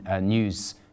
news